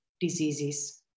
diseases